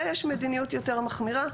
ויש מדיניות יותר מחמירה,